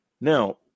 Now